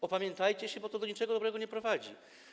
Opamiętajcie się, bo to do niczego dobrego nie prowadzi.